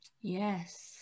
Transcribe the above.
Yes